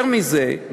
יותר מזה,